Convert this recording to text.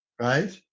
Right